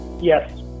Yes